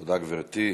תודה, גברתי.